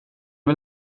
väl